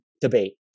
debate